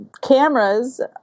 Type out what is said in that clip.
cameras